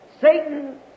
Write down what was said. Satan